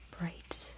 bright